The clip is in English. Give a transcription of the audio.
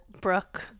Brooke